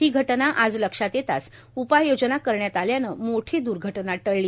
ही घटना आज लक्षात येताच उपाययोजना करण्यात आल्यानं मोठी द्र्घटना टळली